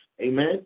Amen